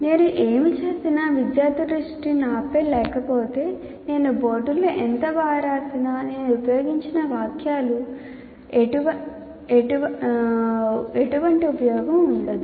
నేను ఏమి చేసినా విద్యార్థి దృష్టి నాపై లేకపోతే నేను బోర్డులో ఎంత బాగా రాసినా నేను ఉపయోగించిన వాక్యాలకు ఎటువంటి ఉపయోగం ఉండదు